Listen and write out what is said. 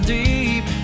deep